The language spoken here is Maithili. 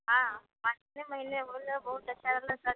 हँ हँ पाँचे महिने होलै बहुत अच्छा रहलै सर जी से